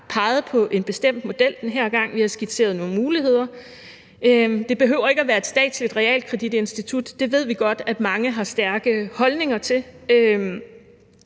peget på en bestemt model den her gang. Vi har skitseret nogle muligheder. Det behøver ikke at være et statsligt realkreditinstitut. Det ved vi godt at mange har stærke holdninger til.